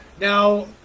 Now